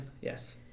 Yes